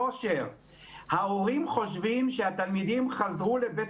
ההורים חושבים שהתלמידים חזרו לבית